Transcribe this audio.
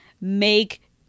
make